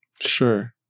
Sure